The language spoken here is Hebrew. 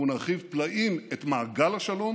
אנחנו נרחיב פלאים את מעגל השלום,